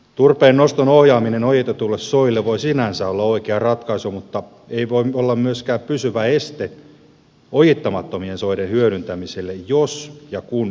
turpeen noston ohjaaminen ojitetuille soille voi sinänsä olla oikea ratkaisu mutta se ei voi olla myöskään pysyvä este ojittamattomien soiden hyödyntämiselle jos ja kun ympäristöteknologia kehittyy